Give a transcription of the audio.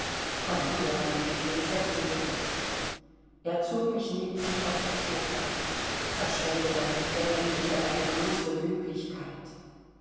komm her mein liebling setzen wir uns er zog mich neben sich auf das sofa verschwende deine thränen nicht an eine bloße möglichkeit